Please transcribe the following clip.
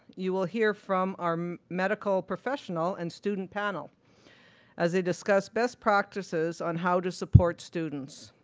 you will hear from our medical professional and student panel as they discuss best practices on how to support students.